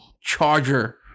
charger